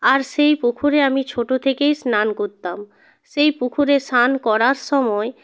আর সেই পুকুরে আমি ছোটো থেকেই স্নান করতাম সেই পুকুরে স্নান করার সময়